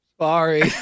Sorry